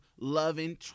loving